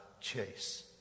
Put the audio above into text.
chase